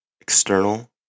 external